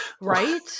Right